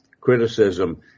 criticism